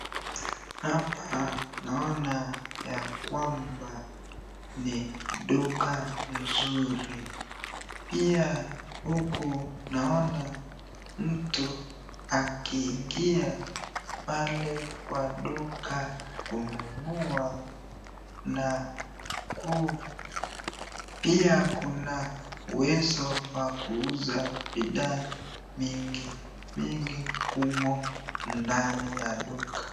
Hapa naona ya kwamba ni duka nzuri, pia huku naona mtu akiingia pale kwa duka kununua na pia kuna uweza wa kuuza bidhaa mingi mingi humu ndani ya duka.